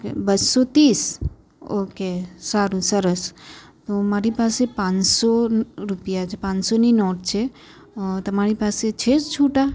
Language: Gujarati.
બસો ત્રીસ ઓકે સારું સરસ તો મારી પાસે પાંચસો રૂપિયા પાંચસોની નોટ છે તમારી પાસે છે છૂટ્ટા